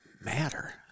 matter